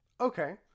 okay